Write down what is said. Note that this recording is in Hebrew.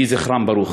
יהי זכרם ברוך.